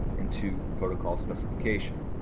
and, two, protocol specification.